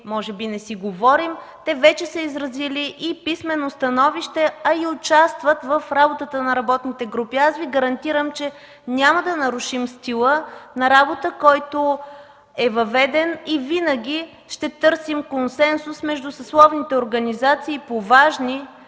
може би не си говорим, те вече са изразили и писмено становище, а и участват в работата на работните групи. Аз Ви гарантирам, че няма да нарушим стила на работа, който е въведен, и винаги ще търсим консенсус между съсловните организации по важни